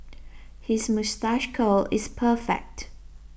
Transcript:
his moustache curl is perfect